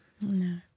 No